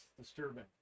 disturbing